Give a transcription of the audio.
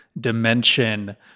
dimension